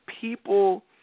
people